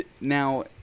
Now